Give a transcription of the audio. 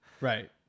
Right